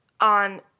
on